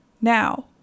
Now